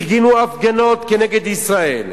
ארגנו הפגנות כנגד ישראל,